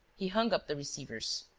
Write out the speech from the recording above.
he hung up the receivers.